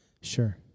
Sure